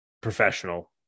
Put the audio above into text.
professional